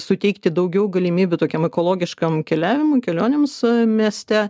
suteikti daugiau galimybių tokiam ekologiškam keliavimui kelionėms mieste